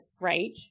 right